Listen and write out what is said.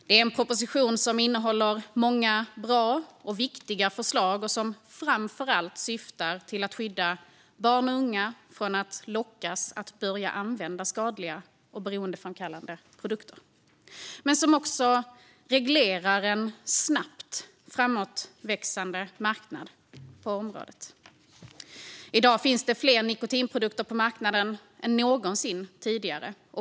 Det är en proposition som innehåller många bra och viktiga förslag. Den syftar framför allt till att skydda barn och unga från att lockas att börja använda skadliga och beroendeframkallande produkter men också till att reglera en snabbt framåtväxande marknad på området. I dag finns det fler nikotinprodukter på marknaden än någonsin tidigare.